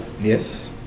Yes